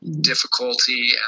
difficulty